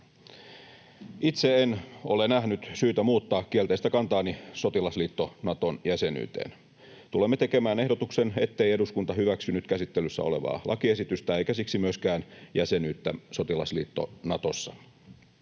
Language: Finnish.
Itse en ole nähnyt syytä muuttaa kielteistä kantaani sotilasliitto Naton jäsenyyteen. Tulemme tekemään ehdotuksen, ettei eduskunta hyväksy nyt käsittelyssä olevaa lakiesitystä eikä siksi myöskään jäsenyyttä sotilasliitto Natossa.